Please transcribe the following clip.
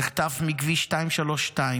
ונחטף מכביש 232,